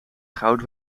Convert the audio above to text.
goud